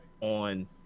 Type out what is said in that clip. on